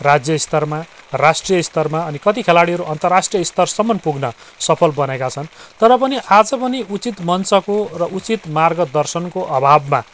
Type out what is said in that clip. राज्य स्तरमा राष्ट्रिय स्तरमा अनि कति खेलाडीहरू अन्तराष्ट्रिय स्तरसम्म पुग्न सफल बनेका छन् तर पनि आज पनि उचित मञ्चको र उचित मार्गदर्शनको अभावमा